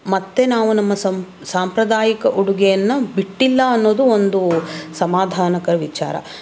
ಮತ್ತೆ ನಾವು ನಮ್ಮ ಸಂ ಸಾಂಪ್ರದಾಯಿಕ ಉಡುಗೆಯನ್ನು ಬಿಟ್ಟಿಲ್ಲ ಅನ್ನೋದು ಒಂದು ಸಮಾಧಾನಕರ ವಿಚಾರ